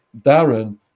Darren